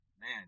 man